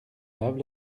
lave